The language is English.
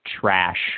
trash